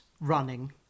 running